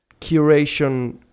curation